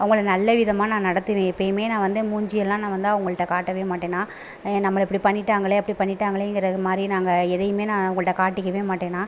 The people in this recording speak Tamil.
அவங்கள நல்லவிதமாக நான் நடத்துவேன் எப்போயுமே நான் வந்து மூஞ்சு எல்லாம் நான் வந்து அவங்கள்ட்ட காட்டவே மாட்டேன் நான் நம்மளை இப்படி பண்ணிட்டாங்களே அப்படி பண்ணிட்டாங்களேங்கிறது மாதிரி நாங்கள் எதையுமே நான் அவங்கள்ட்ட காட்டிக்கவே மாட்டேன் நான்